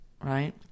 right